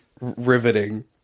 Riveting